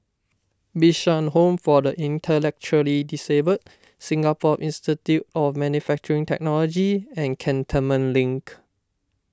Bishan Home for the Intellectually Disabled Singapore Institute of Manufacturing Technology and Cantonment Link